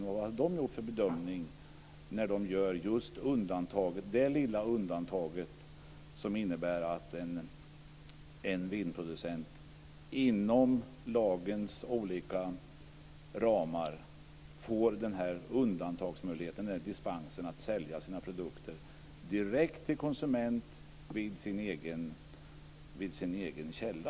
Vad har de gjort för bedömning när de har gjort det lilla undantaget som innebär att en vinproducent inom lagens olika ramar får denna dispens för att sälja sina produkter direkt till konsument vid sin egen källa?